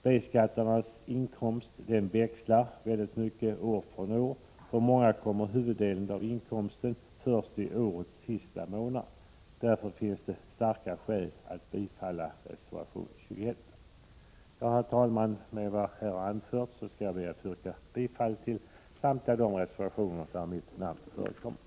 B-skattebetalarnas inkomst växlar år från år, och för många kommer huvuddelen av inkomsten först i årets sista månader. Därför finns det starka skäl att bifalla reservation 21. Herr talman! Med vad jag nu anfört yrkar jag bifall till samtliga reservationer där mitt namn förekommer.